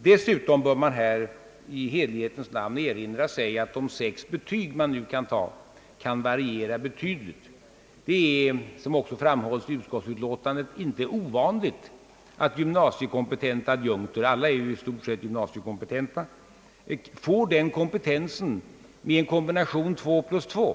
Dessutom bör man här i hederlighetens namn erinra sig, att de sex betyg som nu kan tas kan variera betydligt. Det är — såsom också framhålles i utskottsutlåtandet — inte ovanligt att gymnasiekompetenta adjunkter — alla är ju i stort sett gymnasiekompetenta — får den kompetensen med en kombination av 2 betyg plus 2 betyg.